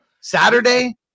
Saturday